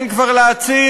אין כבר לעציר,